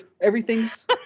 everything's